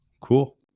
Cool